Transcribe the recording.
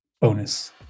bonus